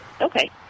Okay